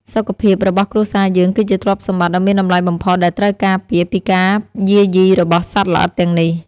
សុខភាពរបស់គ្រួសារយើងគឺជាទ្រព្យសម្បត្តិដ៏មានតម្លៃបំផុតដែលត្រូវការពារពីការយាយីរបស់សត្វល្អិតទាំងនេះ។